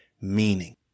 meaning